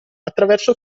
attraverso